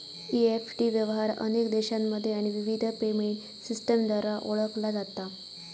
EFT व्यवहार अनेक देशांमध्ये आणि विविध पेमेंट सिस्टमद्वारा ओळखला जाता